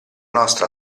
nostra